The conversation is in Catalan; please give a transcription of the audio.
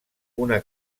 una